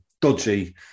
dodgy